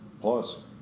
plus